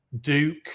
Duke